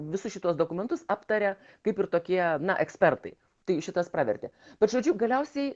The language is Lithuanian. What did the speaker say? visus šituos dokumentus aptaria kaip ir tokie na ekspertai tai šitas pravertė bet žodžiu galiausiai